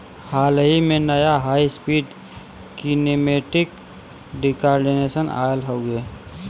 हाल ही में, नया हाई स्पीड कीनेमेटिक डिकॉर्टिकेशन आयल हउवे